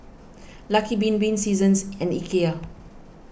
Lucky Bin Bin Seasons and Ikea